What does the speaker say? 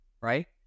right